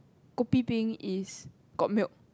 kopi peng is got milk